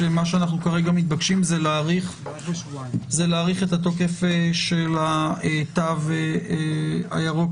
אני מבין שכרגע אנחנו מתבקשים להאריך בשבועיים את תוקף התו הירוק.